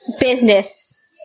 Business